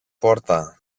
πόρτα